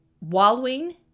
Wallowing